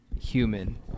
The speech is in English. human